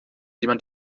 jemand